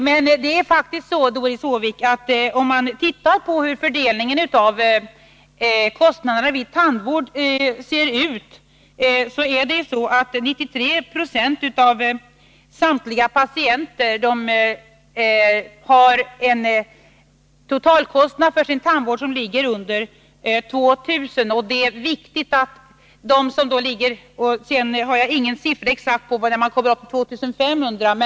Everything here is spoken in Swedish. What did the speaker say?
Men det är faktiskt så, Doris Håvik, att när det gäller fördelningen av kostnaderna för tandvård är det 93 26 av samtliga patienter som har en totalkostnad för sin tandvård som understiger 2 000 kr. — för den andelen patienter som har en totalkostnad på uppemot 2 500 kr.